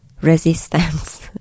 resistance